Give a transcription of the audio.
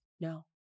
No